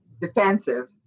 defensive